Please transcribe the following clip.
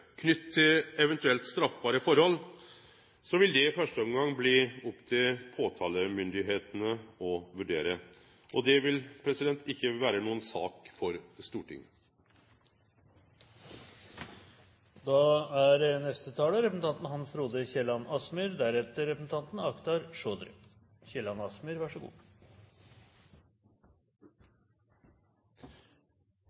knytt til eventuelle straffbare forhold, vil det i første omgang bli opp til påtalemyndigheitene å vurdere det. Det vil ikkje vere noka sak for